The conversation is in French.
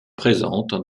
présente